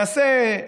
יעשה,